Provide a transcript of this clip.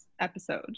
episode